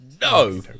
No